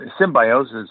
symbiosis